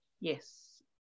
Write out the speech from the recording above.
Yes